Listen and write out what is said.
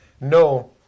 no